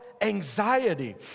anxiety